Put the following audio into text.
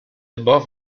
above